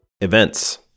Events